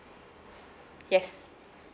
yes